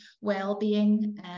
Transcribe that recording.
Well-being